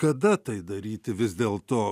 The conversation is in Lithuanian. kada tai daryti vis dėlto